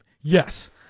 Yes